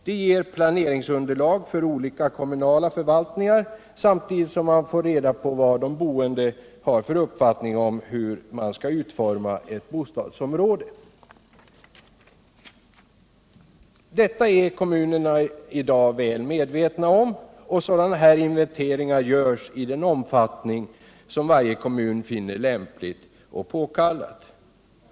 De ger planeringsunderlag för olika kommunala förvaltningar, samtidigt som man får reda på vad de boende har för uppfattningar om hur mån skall utforma ett bostadsområde. Detta är kommunerna i dag väl medvetna om, och sådana inventeringar görs i den omfattning som varje kommun finner lämpligt och påkallat.